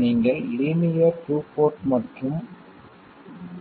நீங்கள் linear two port மற்றும்